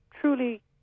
truly